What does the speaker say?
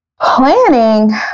planning